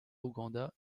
ouganda